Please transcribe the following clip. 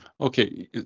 okay